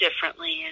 differently